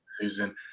Susan